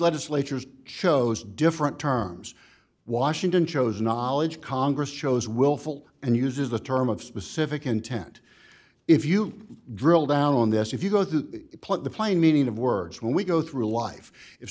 legislatures shows different terms washington chose knowledge congress shows willful and uses the term of specific intent if you drill down on this if you go through the plain meaning of words when we go through life if